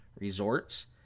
resorts